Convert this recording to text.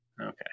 Okay